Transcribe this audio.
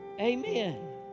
Amen